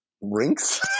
rinks